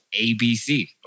ABC